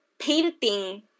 painting